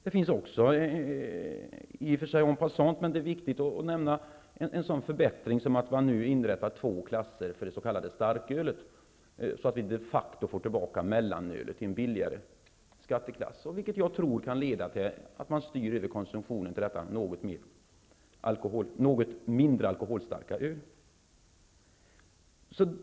En annan förbättring -- detta säger jag en passant, men det är ändå viktigt att nämna -- går ut på att man nu inrättar två klasser för det s.k. starkölet och att vi därmed de facto får tillbaka mellanölet i en lägre skatteklass. Jag tror att denna förändring kan leda till att konsumtionen styrs över till detta något mindre alkoholstarka öl.